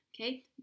Okay